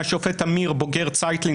השופט אמיר - בוגר צייטלין,